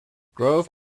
grove